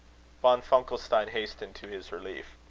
von funkelstein hastened to his relief.